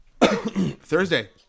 Thursday